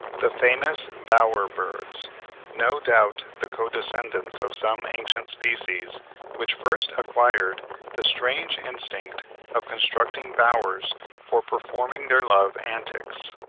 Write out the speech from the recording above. the famous bower-birds no doubt the co-descendants of some ancient species which first acquired the strange instinct of constructing bowers for performing their love-antics.